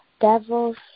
devil's